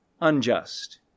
unjust